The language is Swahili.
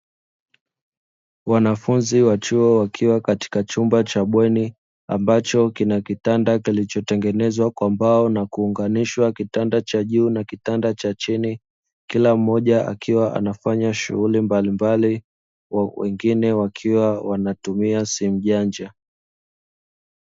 Wanafunzi wa chuo wakiwa katika chumba cha bweni ambacho kina kitanda kilichotengenezwa kwa mbao na kuunganishwa kitanda cha juu na kitanda cha chini kila mmoja akiwa anafanya shughuli mbalimbali, wengine wakiwa wanatumia simu janja.